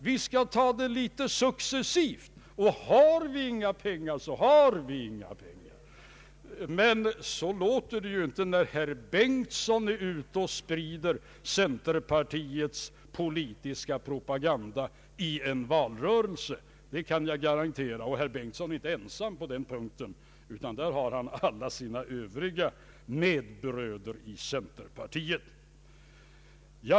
Vi skall ta det litet successivt, och har vi inga pengar, så har vi inga pengar.” Men så låter det ju inte, när herr Bengtson är ute och sprider centerpartiets politiska propaganda i en valrörelse, det kan jag garantera. Och herr Bengtson är inte ensam på den punkten, utan han har alla sina medbröder i centerpartiet på samma linje.